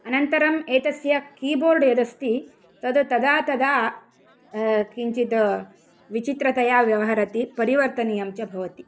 अनन्तरम् एतस्य keyboard यद् अस्ति तद् तदा तदा किञ्चित् विचित्रतया व्यवहरति परिवर्तनीयं च भवति